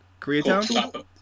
Koreatown